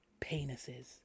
penises